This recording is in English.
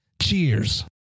Cheers